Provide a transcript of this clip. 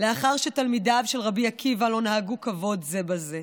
לאחר שתלמידיו של רבי עקיבא לא נהגו כבוד זה בזה.